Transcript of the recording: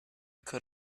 could